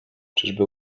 czyżby